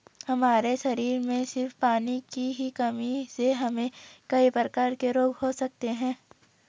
हमारे शरीर में सिर्फ पानी की ही कमी से हमे कई प्रकार के रोग हो सकते है